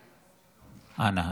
אנא.